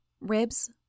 Ribs